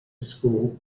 school